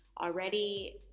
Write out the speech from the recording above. already